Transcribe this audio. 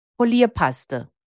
Polierpaste